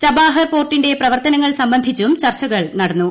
ചബാഹർ പോർട്ടിന്റെ പ്രവർത്തനങ്ങൾ സംബന്ധിച്ചും ചർച്ചകൾ നടന്നു